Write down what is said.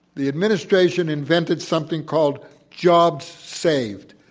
the administration invented something called jobs saved.